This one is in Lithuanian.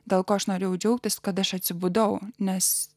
dėl ko aš norėjau džiaugtis kad aš atsibudau nes